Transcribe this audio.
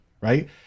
Right